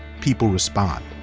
people respond.